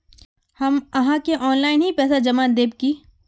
हम आहाँ के ऑनलाइन ही पैसा जमा देब की?